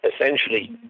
essentially